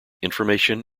information